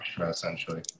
essentially